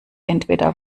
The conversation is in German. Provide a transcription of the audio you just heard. entweder